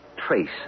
Trace